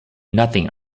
nothing